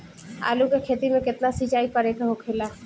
आलू के खेती में केतना सिंचाई करे के होखेला?